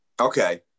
Okay